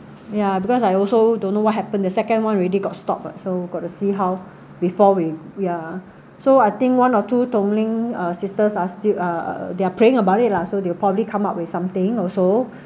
ya because I also don't know what happened the second one already got stopped what so got to see how before we we are so I think one or two Dong-Ling uh sisters are still uh they are praying about it lah so they will probably come up with something also